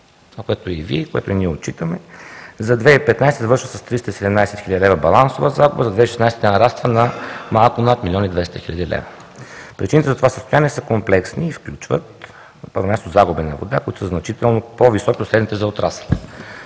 Това, което и Вие, и ние, отчитаме – за 2015 г. завършва с 317 хил. лв. балансова загуба, а за 2016 г. нараства малко с над 1 млн. 200 хил. лв. Причините за това състояние са комплексни и включват: На първо място, загуби на вода, които са значително по-високи по-средните за отрасъла.